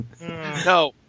no